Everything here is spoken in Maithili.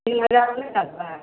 तीन हजार मे नहि दए देबै